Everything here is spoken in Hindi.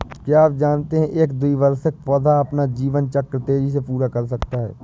क्या आप जानते है एक द्विवार्षिक पौधा अपना जीवन चक्र तेजी से पूरा कर सकता है?